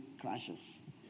crashes